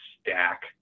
Stack